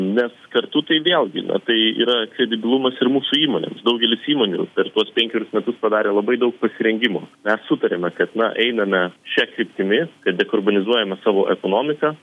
nes kartu tai vėlgi na tai yra kredibilumas ir mūsų įmonėms daugelis įmonių per tuos penkerius metus padarė labai daug pasirengimo mes sutarėme kad na einame šia kryptimi ir dekarbonizuojame savo ekonomiką